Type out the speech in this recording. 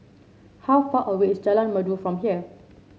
how far away is Jalan Merdu from here